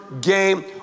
game